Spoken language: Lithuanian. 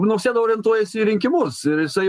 nausėda orientuojas į rinkimus ir jisai